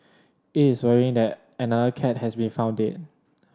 it is worrying that another cat has been found deed